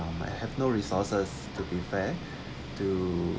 have no resources to be fair to